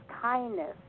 kindness